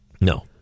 No